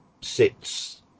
sits